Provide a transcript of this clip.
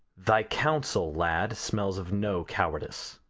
thy counsel, lad, smells of no cowardice.